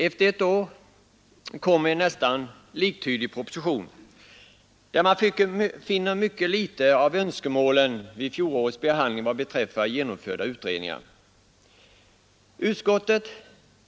Efter ett år framlades en proposition som är nästan likalydande med den föregående, där man finner att ytterst litet av önskemålen vid fjolårets behandling vad beträffar utredningar har uppfyllts.